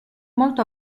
molto